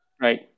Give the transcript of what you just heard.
Right